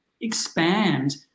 expand